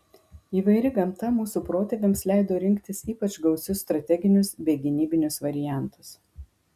įvairi gamta mūsų protėviams leido rinktis ypač gausius strateginius bei gynybinius variantus